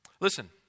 Listen